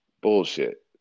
bullshit